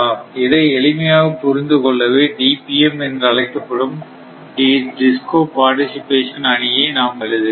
இதை எளிமையாக புரிந்து கொள்ளவே DPM என அழைக்கப்படும் DISCO பார்டிசிபேசன் அணியை நாம் எழுதுகிறோம்